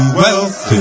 wealth